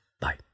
bye